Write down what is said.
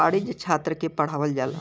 वाणिज्य छात्र के पढ़ावल जाला